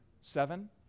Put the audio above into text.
seven